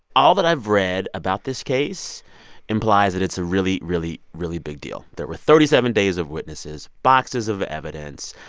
all that i've read about this case implies that it's a really, really, really big deal. there were thirty seven days of witnesses, boxes of evidence.